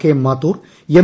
K Mathur M